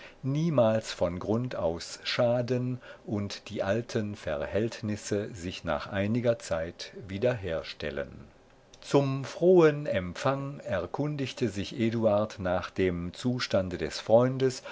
niemals von grund aus schaden und die alten verhältnisse sich nach einiger zeit wiederherstellen zum frohen empfang erkundigte sich eduard nach dem zustande des freundes